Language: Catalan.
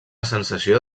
sensació